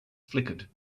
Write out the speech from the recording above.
flickered